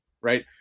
Right